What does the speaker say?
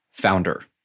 founder